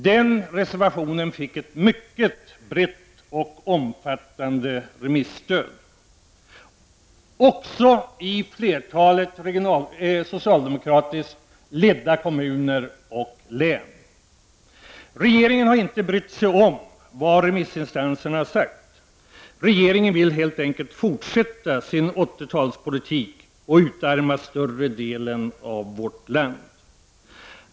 Den reservationen fick ett mycket omfattande remisstöd — också i flertalet socialdemokratiskt ledda kommuner och län. Regeringen har inte brytt sig om vad remissinstanserna sagt. Regeringen vill helt enkelt fortsätta sin 80-talspolitik och därigenom utarma större delen av vårt land.